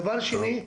דבר שני,